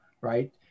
right